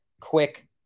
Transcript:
quick